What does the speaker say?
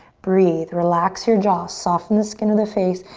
breathe, relax your jaw, soften the skin of the face,